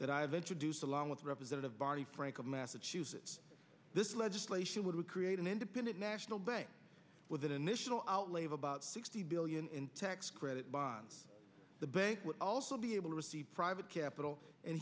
that i have introduced along with representative barney frank of massachusetts this legislation would create an independent national bank with an initial outlay of about sixty billion in tax credit bonds the bank would also be able to receive private capital and